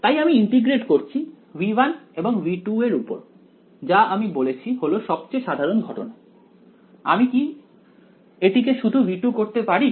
তাই আমি ইন্টিগ্রেট করছি V1 V2 এর উপর যা আমি বলেছি হলো সবচেয়ে সাধারন ঘটনা আমি কি এটিকে শুধু V2 করতে পারি